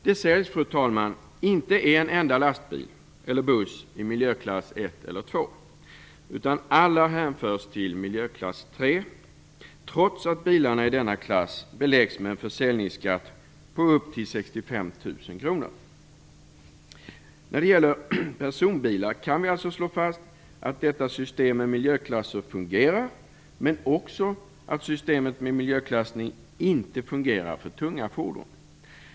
Det säljs, fru talman, inte en enda lastbil eller buss i miljöklass 1 eller 2, utan alla hänförs till miljöklass 3, trots att bilarna i denna klass beläggs med en försäljningsskatt på upp till 65 000 kronor. Vi kan alltså slå fast att systemet med miljöklassning fungerar när det gäller personbilar men inte när det gäller tunga fordon.